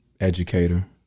educator